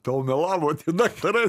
tau melavo tie daktarai